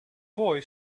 boy